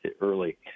early